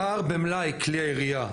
פער במלאי כלי הירייה,